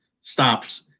stops